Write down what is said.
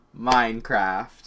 Minecraft